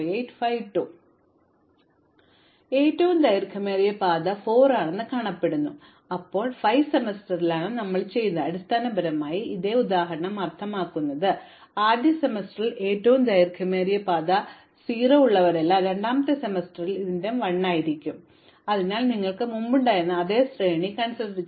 അതിനാൽ ഇത് ഏറ്റവും ദൈർഘ്യമേറിയ പാത 4 ആണെന്ന് പറയുന്നു ഇപ്പോൾ ഞങ്ങൾ 5 സെമസ്റ്ററിലാണ് ചെയ്തതെന്ന് ഞങ്ങൾ പറഞ്ഞു അടിസ്ഥാനപരമായി ഇതേ ഉദാഹരണം അർത്ഥമാക്കുന്നത് ആദ്യ സെമസ്റ്ററിൽ ഏറ്റവും ദൈർഘ്യമേറിയ പാത 0 ഉള്ളവരെല്ലാം രണ്ടാമത്തെ സെമസ്റ്റർ ഏറ്റവും ദൈർഘ്യമേറിയ പാത ഉള്ളവരെല്ലാം 1 ആണ് അതിനാൽ നിങ്ങൾക്ക് മുമ്പ് ഉണ്ടായിരുന്ന അതേ ശ്രേണി ഞങ്ങൾക്ക് ഉണ്ട്